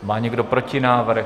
Má někdo protinávrh?